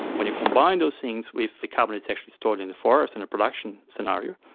when you combine those things with the carbon that's actually stored in the forest in a production scenario,